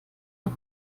und